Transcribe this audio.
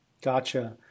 Gotcha